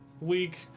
week